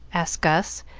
asked gus,